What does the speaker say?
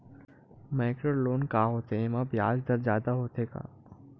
Micro loan का होथे येमा ब्याज दर जादा होथे का?